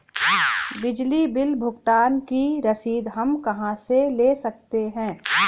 बिजली बिल भुगतान की रसीद हम कहां से ले सकते हैं?